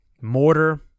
mortar